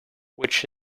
which